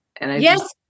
Yes